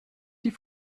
die